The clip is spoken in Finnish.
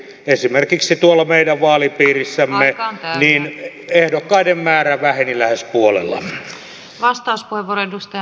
esimerkiksi tuolla meidän vaalipiirissämme ehdokkaiden määrä väheni lähes puolella